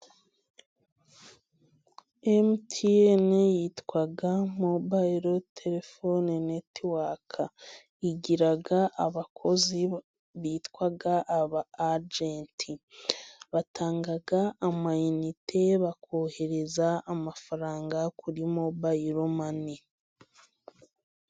MTN yitwa mobayilo terefone netiwaka. Igira abakozi bitwa aba ajenti, batanga amayinite bakohereza amafaranga kuri mobayiromani.